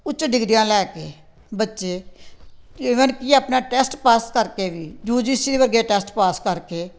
ਉੱਚ ਡਿਗਰੀਆਂ ਲੈ ਕੇ ਬੱਚੇ ਈਵਨ ਕਿ ਆਪਣਾ ਟੈਸਟ ਪਾਸ ਕਰਕੇ ਵੀ ਯੂ ਜੀ ਸੀ ਵਰਗੇ ਟੈਸਟ ਪਾਸ ਕਰਕੇ